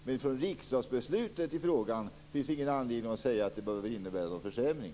Men det finns ingen anledning att säga att riksdagsbeslutet i frågan behöver innebära någon försämring.